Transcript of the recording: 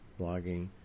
blogging